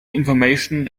information